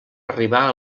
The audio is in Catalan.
arribar